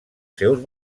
seus